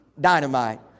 dynamite